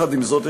עם זאת,